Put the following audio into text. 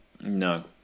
No